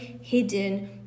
hidden